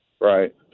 right